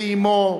לאמו,